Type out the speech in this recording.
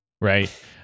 right